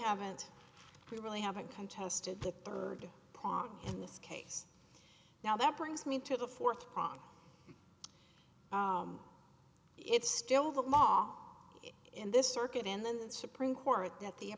haven't we really haven't contested the third prong in this case now that brings me to the fourth prong it's still the law in this circuit in the supreme court that the